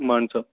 Mansa